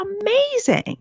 amazing